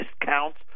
discounts